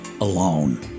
alone